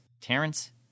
Terrence